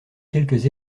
quelques